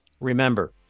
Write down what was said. Remember